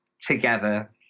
together